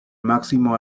máximo